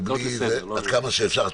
עד כמה שאפשר.